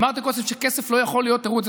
אמרתי קודם שכסף לא יכול להיות תירוץ.